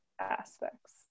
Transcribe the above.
aspects